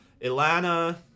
Atlanta